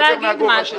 אני מנסה להגיד משהו.